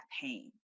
pain